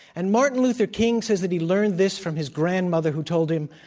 and ma rtin luther king says that he learned this from his grandmother who told him,